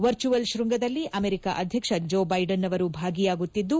virtual ಶೃಂಗದಲ್ಲಿ America ಅಧ್ಯಕ್ಷ Joe Biden ಅವರು ಭಾಗಿಯಾಗುತ್ತಿದ್ದು